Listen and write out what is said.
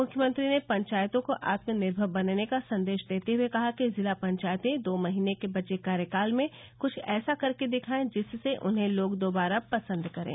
मुख्यमंत्री ने पंचायतों को आत्मनिर्मर बनने का संदेश देते हुए कहा कि जिला पंचायतें दो महीने के बचे कार्यकाल में कुछ ऐसा करके दिखाएं जिससे उन्हें लोग दोबारा पसंद करें